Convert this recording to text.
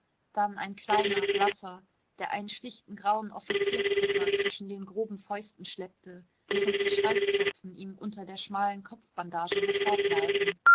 dann ein kleiner blasser der einen schlichten grauen offizierskoffer zwischen den groben fäusten schleppte während die schweißtropfen ihm unter der schmalen